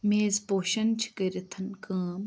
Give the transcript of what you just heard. میز پوشَن چھِ کٔرِتھ کٲم